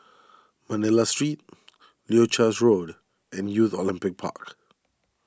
Manila Street Leuchars Road and Youth Olympic Park